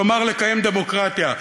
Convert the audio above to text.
כלומר לקיים דמוקרטיה.